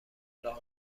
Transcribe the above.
لاغر